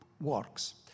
works